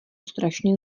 strašně